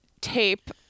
tape